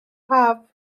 haf